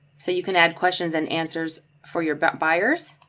so you can add questions and answers for your but buyers.